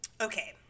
okay